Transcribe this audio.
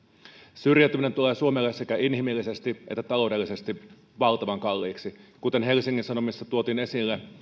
syrjäytyminen tulee suomelle sekä inhimillisesti että taloudellisesti valtavan kalliiksi kuten helsingin sanomissa tuotiin esille